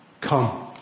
Come